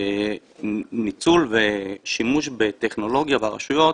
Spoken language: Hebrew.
ניצול ושימוש בטכנולוגיה ברשויות